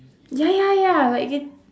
ya ya ya like it